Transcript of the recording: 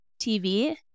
TV